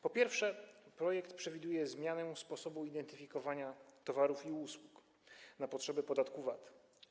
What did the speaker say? Po pierwsze, projekt przewiduje zmianę sposobu identyfikowania towarów i usług na potrzeby podatku VAT.